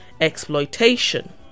exploitation